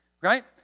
right